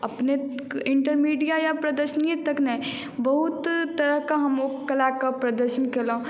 अपने इन्टरमीडिया या प्रदर्शनीये तक नहि बहुत तरह के हम ओ कलाके प्रदर्शन केलहुॅं